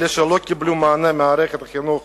אלה שלא קיבלו מענה במערכת החינוך